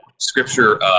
Scripture